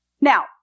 Now